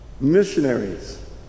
Missionaries